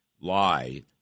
lie